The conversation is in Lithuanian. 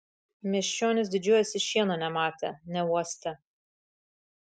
miesčionys didžiuojasi šieno nematę neuostę